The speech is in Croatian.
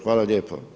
Hvala lijepa.